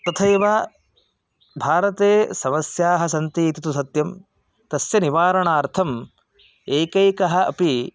तथैव भारते समस्याः सन्ति इति तु सत्यं तस्य निवारणार्थम् एकैकः अपि